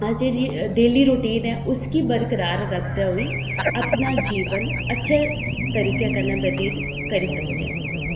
में जेह्ड़ी ऐ डेली रुटीन ऐ उसगी बरकरार रक्खदे होई अपना जीवन अच्छे तरीकै कन्नै बतीत करी सकचै